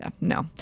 no